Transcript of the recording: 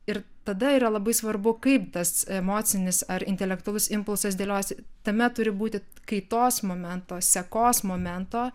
ir tada yra labai svarbu kaip tas emocinis ar intelektualus impulsas dėliojasi tame turi būti kaitos momento sekos momento